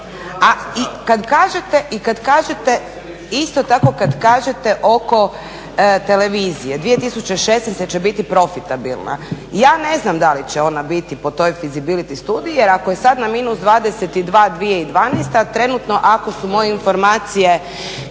i kad kažete isto tako kad kažete oko televizije, 2016. će biti profitabilna, ja ne znam da li će to ona biti po toj fizibiliti studiji jer ako je sad na minus 22 2012. trenutno ako su moje informacije